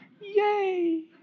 Yay